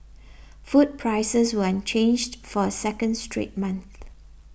food prices were unchanged for a second straight month